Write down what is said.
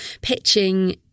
pitching